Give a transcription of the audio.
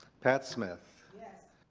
pat smith. yes.